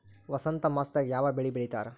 ವಸಂತ ಮಾಸದಾಗ್ ಯಾವ ಬೆಳಿ ಬೆಳಿತಾರ?